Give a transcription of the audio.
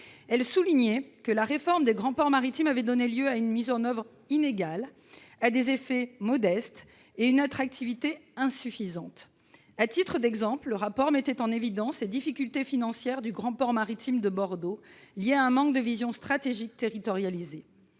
Elle soulignait que la réforme des grands ports maritimes avait donné lieu à « une mise en oeuvre inégale, des effets modestes, une attractivité insuffisante ». À titre d'exemple, ce rapport mettait en évidence les difficultés financières du grand port maritime de Bordeaux, liées à un manque de vision stratégique territorialisée.